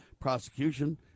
prosecution